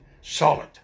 solid